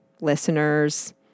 listeners